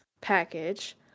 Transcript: package